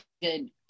good